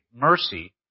mercy